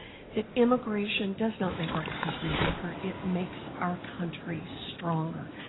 that immigration does not make our country weaker, it makes our country stronger.